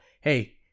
hey